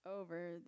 over